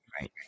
Right